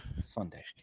Sunday